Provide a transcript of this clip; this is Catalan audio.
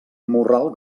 morral